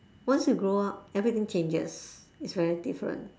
once you grow up everything changes it's very different